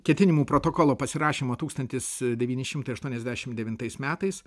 ketinimų protokolo pasirašymo tūkstantis devyni šimtai aštuoniasdešim devintais metais